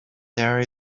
there